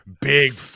Big